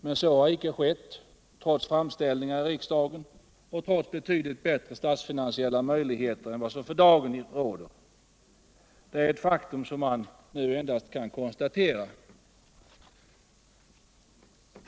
Men så har icke skett, trots framställningar i riksdagen och trots betydligt bättre statsfinansiella möjligheter än vad som för dagen råder. Det är ett faktum som man nu endast kan konstatera.